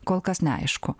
kol kas neaišku